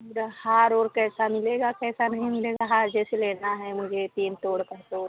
मेरा हार उर कैसा मिलेगा कैसा नहीं मिलेगा हार जैसे लेना है मुझे तीन तोड़ का तो